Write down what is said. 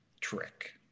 trick